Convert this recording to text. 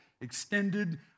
extended